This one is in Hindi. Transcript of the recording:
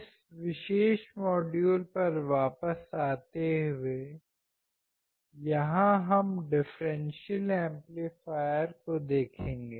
इस विशेष मॉड्यूल पर वापस आते हुए यहां हम डिफ़्रेंसियल एम्पलीफायर को देखेंगे